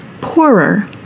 poorer